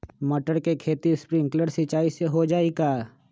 मटर के खेती स्प्रिंकलर सिंचाई से हो जाई का?